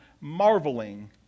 marveling